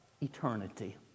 Eternity